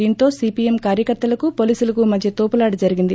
దీంతో సీపీఎం కార్యకర్తలకు పోలీసులకు మధ్య తోపులాట జరిగింది